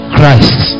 Christ